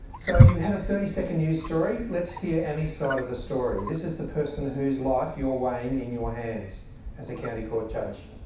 so you heard a thirty second news story. let's hear annie's side of the story, this is the person whose life you are weighing in your hands as a county court judge.